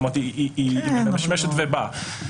היא ממשמשת ובאה.